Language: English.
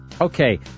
Okay